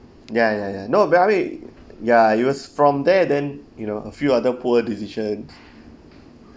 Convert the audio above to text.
ya ya ya no but I mean ya it was from there then you know a few other poor decisions